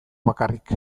bakarrik